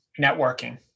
networking